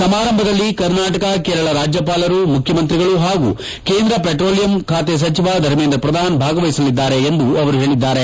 ಸಮಾರಂಭದಲ್ಲಿ ಕರ್ನಾಟಕ ಕೇರಳ ರಾಜ್ಯಪಾಲರು ಮುಖ್ಯಮಂತ್ರಿಗಳು ಹಾಗೂ ಕೇಂದ್ರ ಪೆಟ್ರೋಲಿಯಂ ಸಚಿವ ಧಮೇಂದ್ರ ಪ್ರಧಾನ್ ಭಾಗವಹಿಸಲಿದ್ದಾರೆ ಎಂದು ಅವರು ಹೇಳಿದ್ದಾರೆ